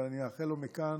אבל אני מאחל לו מכאן